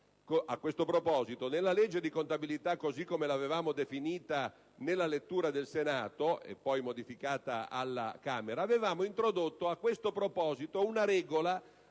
a questo proposito, nella legge di contabilità così come da noi definita nella lettura al Senato (e poi modificata alla Camera), avevamo introdotto una regola